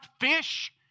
fish